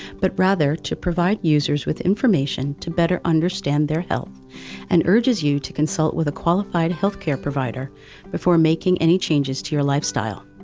but rather, to provide users with information to better understand their health and urges you to consult with a qualified health care provider before making any changes to your lifestyle.